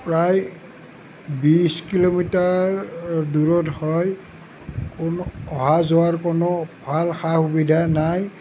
প্ৰায় বিশ কিলোমিটাৰ দূৰত হয় কোনো অহা যোৱাৰ কোনো ভাল সা সুবিধা নাই